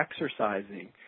exercising